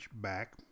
back